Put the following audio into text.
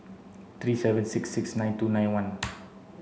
three seven six six nine two nine one